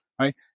right